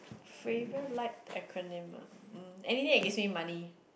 favourite liked acronym ah um anything that gives me money